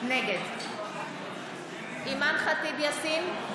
נגד אימאן ח'טיב יאסין,